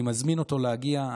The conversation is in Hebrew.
אני מזמין אותו להגיע.